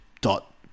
dot